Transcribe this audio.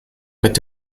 mit